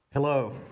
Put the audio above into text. Hello